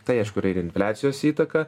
tai aišku yra ir infliacijos įtaka